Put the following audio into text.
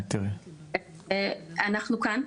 אנחנו כאן,